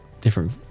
different